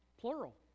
plural